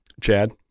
chad